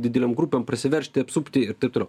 didelėm grupėm prasiveržti apsupti ir taip toliau